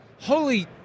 holy